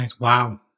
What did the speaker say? Wow